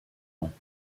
ans